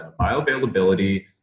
bioavailability